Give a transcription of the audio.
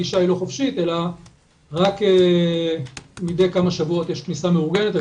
שהגישה אליהם לא חופשית אלא רק מידי כמה שבועות יש כניסה מאורגנת.